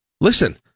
Listen